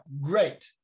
Great